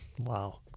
wow